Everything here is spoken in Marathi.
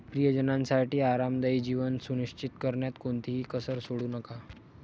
प्रियजनांसाठी आरामदायी जीवन सुनिश्चित करण्यात कोणतीही कसर सोडू नका